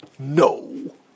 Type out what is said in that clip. No